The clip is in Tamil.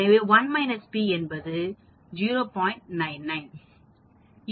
எனவே 1 p என்பது 0